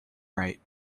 right